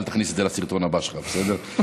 אל תכניס את זה לסרטון הבא שלך, בסדר?